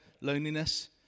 loneliness